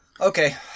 okay